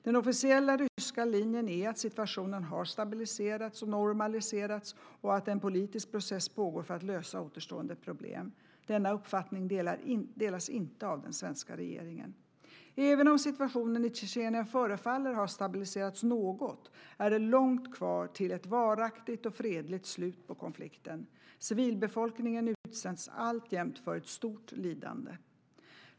Den officiella ryska linjen är att situationen har stabiliserats och normaliserats och att en politisk process pågår för att lösa återstående problem. Denna uppfattning delas inte av den svenska regeringen. Även om situationen i Tjetjenien förefaller ha stabiliserats något, är det långt kvar till ett varaktigt och fredligt slut på konflikten. Civilbefolkningen utsätts alltjämt för ett stort lidande.